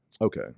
Okay